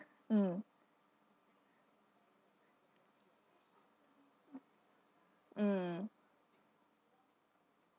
mm mm